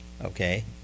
okay